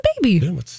baby